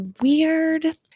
weird